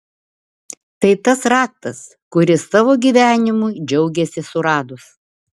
tai tas raktas kurį savo gyvenimui džiaugėsi suradus